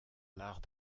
l’art